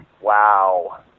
Wow